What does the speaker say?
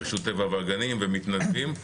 רשות הטבע והגנים ומתנדבים.